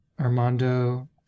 Armando